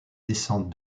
descendent